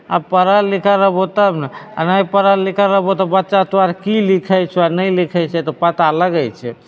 आब पढ़ल लिखल रहबो तब ने आ नहि पढ़ल लिखल रहबो तऽ बच्चा तोहर की लिखैत छौ आ नहि लिखैत छै तऽ पता लगैत छै